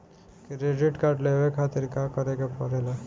Credit card लेवे के खातिर का करेके पड़ेला?